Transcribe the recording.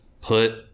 put